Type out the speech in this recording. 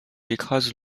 écrase